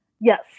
Yes